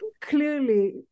clearly